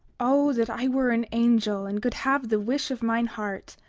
o that i were an angel, and could have the wish of mine heart,